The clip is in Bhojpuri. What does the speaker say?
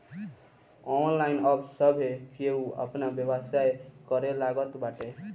ऑनलाइन अब सभे केहू आपन व्यवसाय करे लागल बाटे